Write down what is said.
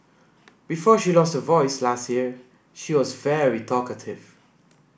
before she lost her voice last year she was very talkative